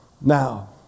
Now